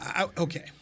okay